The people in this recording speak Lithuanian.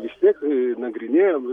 vis tiek nagrinėjam